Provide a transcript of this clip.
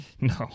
No